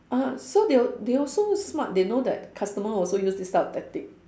ah so they al~ they also smart they know that customer also use this type of tactic